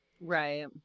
Right